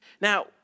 Now